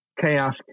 chaos